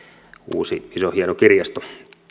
uusi iso hieno kirjasto tulee näkymään mediassa